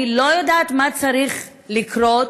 אני לא יודעת מה צריך לקרות